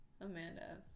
Amanda